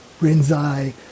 Rinzai